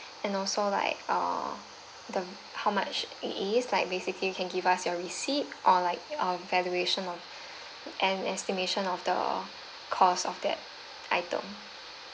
and also like uh the how much it is like basically you can give us your receipt or like uh valuation and estimation of the cost of that item